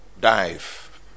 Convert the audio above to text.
dive